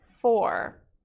four